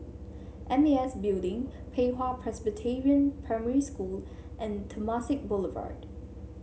M A S Building Pei Hwa Presbyterian Primary School and Temasek Boulevard